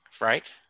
Right